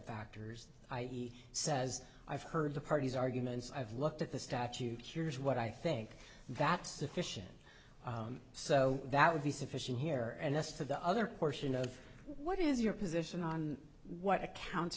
factors i e says i've heard the parties arguments i've looked at the statute here is what i think that's sufficient so that would be sufficient here and as to the other portion of what is your position on what accounts